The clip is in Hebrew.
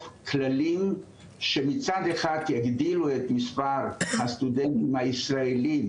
כללים שמצד אחד יגדילו את מספר הסטודנטים הישראלים